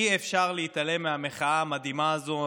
אי-אפשר להתעלם מהמחאה המדהימה הזאת.